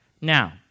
Now